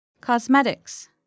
Cosmetics